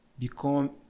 become